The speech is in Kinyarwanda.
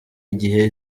igihe